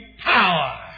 power